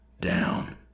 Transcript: down